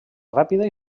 ràpida